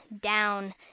down